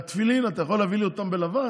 והתפילין, אתה יכול להביא לי אותם בלבן?